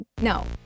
No